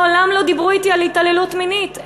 מעולם לא דיברו אתי על התעללות מינית,